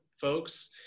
folks